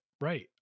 right